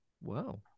wow